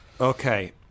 Okay